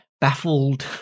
baffled